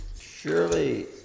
surely